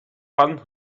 pan